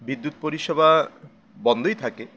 বিদ্যুৎ পরিষেবা বন্ধই থাকে